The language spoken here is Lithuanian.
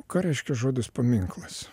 ką reiškia žodis paminklas